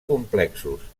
complexos